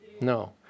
No